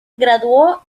graduó